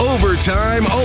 Overtime